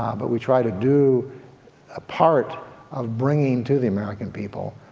ah but we try to do a part of bringing to the american people